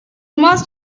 must